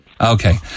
Okay